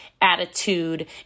attitude